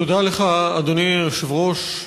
תודה לך, אדוני היושב-ראש.